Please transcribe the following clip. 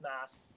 mask